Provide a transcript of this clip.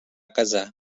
casar